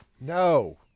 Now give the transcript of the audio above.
No